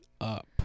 up